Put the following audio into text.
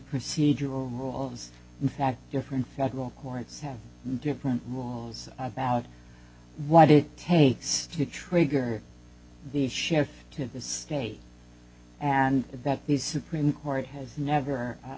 procedural rules in fact different federal courts have different rules about what it takes to trigger the sheriff to the state and that the supreme court has never